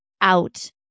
out